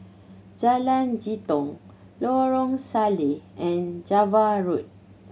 Jalan Jitong Lorong Salleh and Java Road